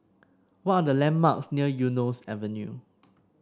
what are the landmarks near Eunos Avenue